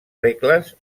regles